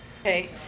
Okay